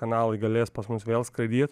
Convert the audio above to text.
kanalai galės pas mus vėl skraidyt